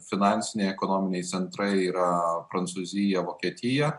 finansiniai ekonominiai centrai yra prancūzija vokietija